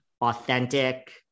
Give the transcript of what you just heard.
authentic